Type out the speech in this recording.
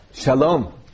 Shalom